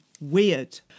weird